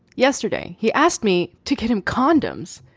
yesterday he asked me to get him condoms.